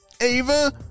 Ava